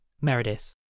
Meredith